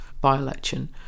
by-election